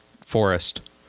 forest